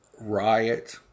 riot